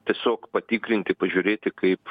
tiesiog patikrinti pažiūrėti kaip